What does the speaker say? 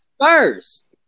first